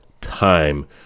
time